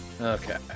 Okay